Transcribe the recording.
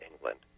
England